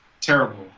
terrible